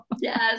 yes